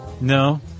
No